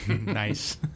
Nice